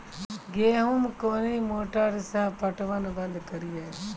गेहूँ कोनी मोटर से पटवन बंद करिए?